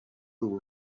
ubu